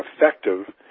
effective